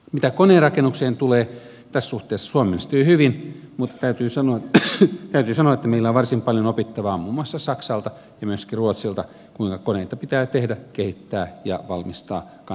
mitä koneenrakennukseen tulee tässä suhteessa suomi menestyy hyvin mutta täytyy sanoa että meillä on varsin paljon opittavaa muun muassa saksalta ja myöskin ruotsilta kuinka koneita pitää tehdä kehittää ja valmistaa kannattavasti